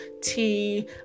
tea